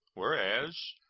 whereas,